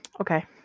Okay